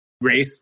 race